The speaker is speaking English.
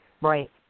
Right